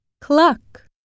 Cluck